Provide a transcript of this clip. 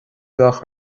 gach